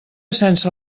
sense